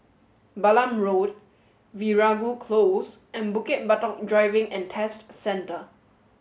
Balam Road Veeragoo Close and Bukit Batok Driving and Test Centre